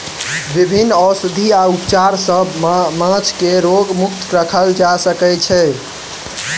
विभिन्न औषधि आ उपचार सॅ माँछ के रोग मुक्त राखल जा सकै छै